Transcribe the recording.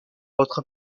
autre